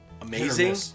amazing